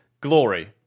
glory